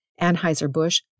Anheuser-Busch